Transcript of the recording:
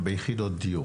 ביחידות דיור?